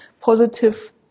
Positive